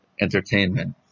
entertainment